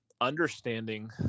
understanding